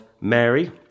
Mary